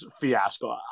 fiasco